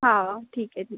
हा ठीक आहे ठीक